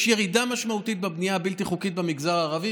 יש ירידה משמעותית בבנייה הבלתי-חוקית במגזר הערבי